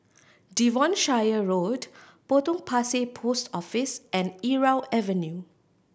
Devonshire Road Potong Pasir Post Office and Irau Avenue